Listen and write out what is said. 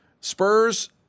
Spurs